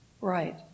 Right